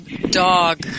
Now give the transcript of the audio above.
dog